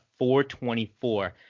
424